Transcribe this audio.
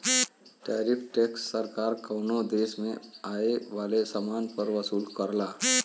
tariff tax सरकार कउनो देश में आये वाले समान पर वसूल करला